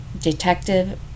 Detective